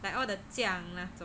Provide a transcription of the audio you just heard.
like all the 酱那种